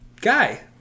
guy